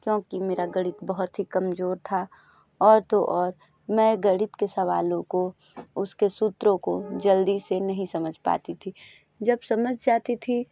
क्योंकि मेरा गणित बहुत ही कमजोर था और तो और मैं गणित के सवालों को उसके सूत्रों को जल्दी से नहीं समझ पाती थी जब समझ जाती थी